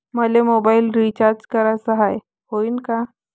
मले mobile recharge कराचा हाय, होईनं का?